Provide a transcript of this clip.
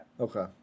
Okay